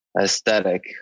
aesthetic